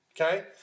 Okay